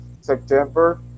September